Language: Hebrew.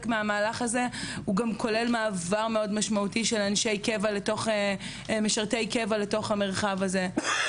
מהמהלך הזה כולל גם מעבר משמעותי מאוד של משרתי קבע לתוך המרחב הזה.